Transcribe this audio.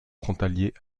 frontalier